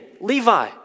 Levi